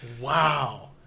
Wow